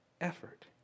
effort